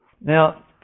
Now